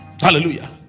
Hallelujah